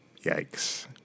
Yikes